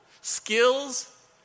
skills